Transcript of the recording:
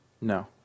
No